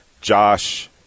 Josh